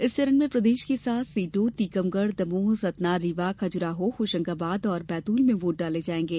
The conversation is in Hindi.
इस चरण में प्रदेश की सात सीटों टीकमगढ़ दमोह सतना रीवा खजुराहो होशंगाबाद और बैतूल में वोट डाले जायेंगे